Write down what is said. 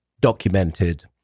documented